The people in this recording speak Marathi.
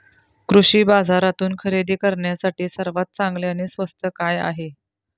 कृषी बाजारातून खरेदी करण्यासाठी सर्वात चांगले आणि स्वस्त काय आहे?